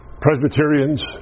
Presbyterians